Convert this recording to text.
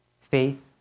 faith